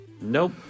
Nope